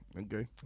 Okay